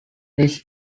this